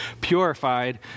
purified